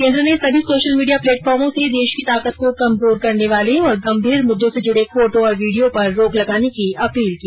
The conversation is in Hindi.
केन्द्र ने सभी सोशल मीडिया प्लेटफॉर्मो से देश की ताकत को कमजोर करने वाले और गंभीर मुददों से जुडे फोटो और वीडियो पर रोक लगाने की अपील की